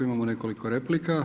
Imamo nekoliko replika.